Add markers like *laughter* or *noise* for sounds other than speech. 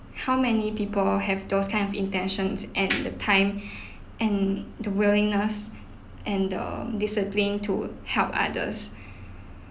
how many people have those kind of intentions and the time *breath* and the willingness and the discipline to help others